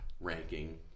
ranking